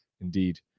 indeed